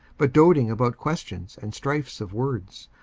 but doting about questions and strifes of words,